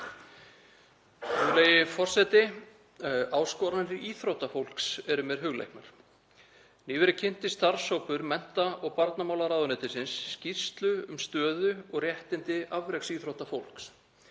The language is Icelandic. Virðulegi forseti. Áskoranir íþróttafólks eru mér hugleiknar. Nýverið kynnti starfshópur mennta- og barnamálaráðuneytisins skýrslu um stöðu og réttindi afreksíþróttafólks.